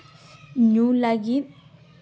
ᱧᱩ ᱞᱟᱹᱜᱤᱫ